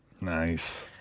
Nice